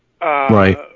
Right